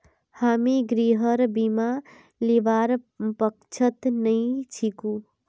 हामी गृहर बीमा लीबार पक्षत नी छिकु